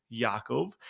Yaakov